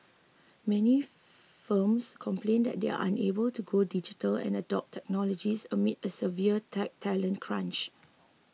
many firms complain that they are unable to go digital and adopt technologies amid a severe tech talent crunch